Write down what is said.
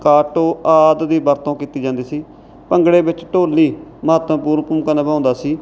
ਕਾਟੋ ਆਦਿ ਦੀ ਵਰਤੋਂ ਕੀਤੀ ਜਾਂਦੀ ਸੀ ਭੰਗੜੇ ਵਿੱਚ ਢੋਲੀ ਮਹੱਤਵਪੂਰਨ ਭੂਮਿਕਾ ਨਿਭਾਉਂਦਾ ਸੀ